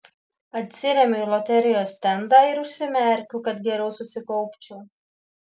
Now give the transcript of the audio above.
atsiremiu į loterijos stendą ir užsimerkiu kad geriau susikaupčiau